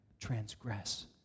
transgress